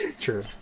true